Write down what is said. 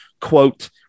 quote